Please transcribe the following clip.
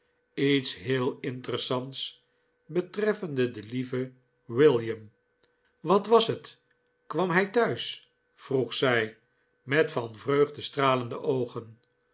iets heel interessants betreffende den lieven william wat was het kwam hij thuis vroeg zij met van vreugde stralende oogen